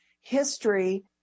history